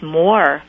more